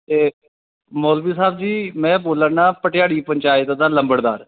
एह् मौलवी साह्ब जी में बोला ना भटयाड़ी पंचायत दा लम्बड़दार